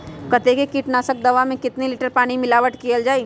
कतेक किटनाशक दवा मे कितनी लिटर पानी मिलावट किअल जाई?